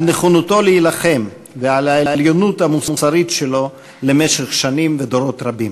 על נכונותו להילחם ועל העליונות המוסרית שלו למשך שנים ודורות רבים.